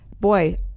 boy